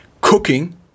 cooking